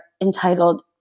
entitled